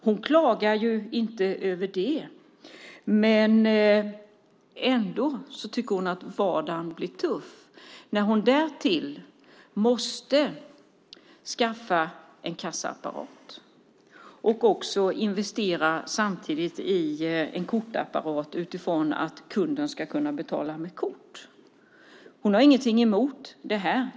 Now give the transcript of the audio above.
Hon klagar inte över det, men ändå tycker hon att vardagen blir tuff när hon därtill måste skaffa en kassaapparat och investera i en kortapparat för att kunden ska kunna betala med kort. Hon har inget emot detta.